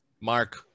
Mark